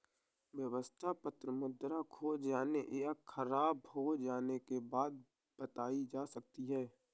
व्यवस्था पत्र मुद्रा खो जाने या ख़राब हो जाने के बाद भी बचाई जा सकती है